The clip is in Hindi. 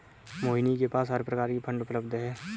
मोहिनी के पास हर प्रकार की फ़ंड उपलब्ध है